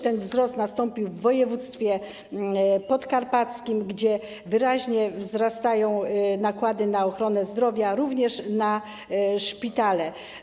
Ten wzrost nastąpił również w województwie podkarpackim, gdzie wyraźnie wzrastają nakłady na ochronę zdrowia, również na szpitale.